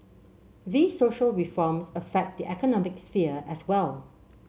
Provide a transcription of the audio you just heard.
these social reforms affect the economic sphere as well